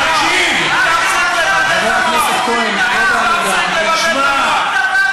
הצעת חוק המזונות (הבטחת תשלום) מבקשת לקבוע כי